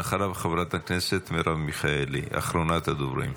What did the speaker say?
ואחריו, חברת הכנסת מרב מיכאלי, אחרונת הדוברים.